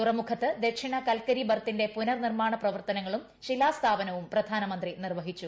തുറമുഖത്ത് ദക്ഷിണ കൽക്കരി ബർത്തിന്റെ പൂനർനിർമ്മാണ പ്രവർത്തനങ്ങളൂം ശിലാസ്ഥാപനവും പ്രധാനമന്ത്രി നിർവ്വഹിച്ചു